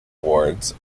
awards